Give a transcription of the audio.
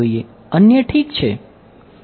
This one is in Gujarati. અન્ય ઠીક છે